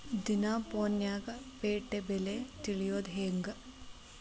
ದಿನಾ ಫೋನ್ಯಾಗ್ ಪೇಟೆ ಬೆಲೆ ತಿಳಿಯೋದ್ ಹೆಂಗ್?